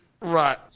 Right